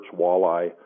walleye